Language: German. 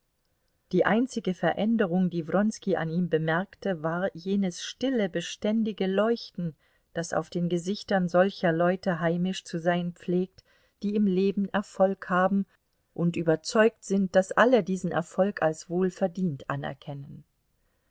die einzige veränderung die wronski an ihm bemerkte war jenes stille beständige leuchten das auf den gesichtern solcher leute heimisch zu sein pflegt die im leben erfolg haben und überzeugt sind daß alle diesen erfolg als wohlverdient anerkennen